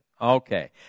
Okay